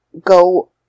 go